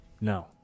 no